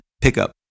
pickup